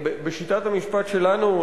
בשיטת המשפט שלנו,